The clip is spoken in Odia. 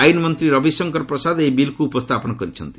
ଆଇନ ମନ୍ତ୍ରୀ ରବିଶଙ୍କର ପ୍ରସାଦ ଏହି ବିଲ୍କୁ ଉପସ୍ଥାପନ କରିଛନ୍ତି